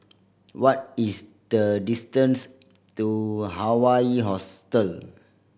what is the distance to Hawaii Hostel